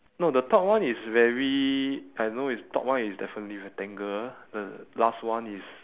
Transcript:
no the top one is very I know it's top one is definitely rectangle the last one is